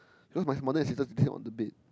you know my mother and sisters stay on the bed